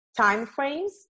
timeframes